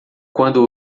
quando